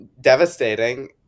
devastating